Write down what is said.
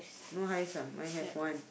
no hives ah I have one